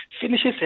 finishes